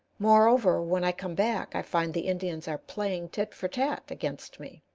moreover, when i come back i find the indians are playing tit-for-tat against me.